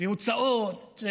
והוצאות,